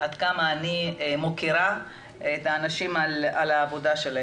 עד כמה אני מוקירה את האנשים הללו על עבודתם.